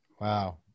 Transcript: wow